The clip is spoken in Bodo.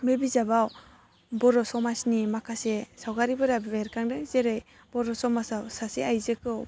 बे बिजाबाव बर' समाजनि माखासे सावगारिफोरा बेरखांदों जेरै बर' समाजाव सासे आइजोखौ